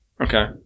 Okay